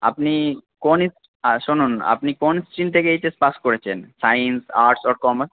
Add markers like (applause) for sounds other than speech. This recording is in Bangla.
আপনি কোন (unintelligible) হ্যাঁ শুনুন আপনি কোন স্ট্রীম থেকে এইচএস পাশ করেছেন সায়েন্স আর্টস অর কমার্স